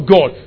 God